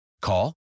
Call